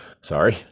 sorry